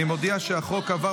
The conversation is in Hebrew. אני מודיע שחוק הדרכונים (תיקון מס' 10),